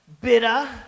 bitter